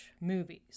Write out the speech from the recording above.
movies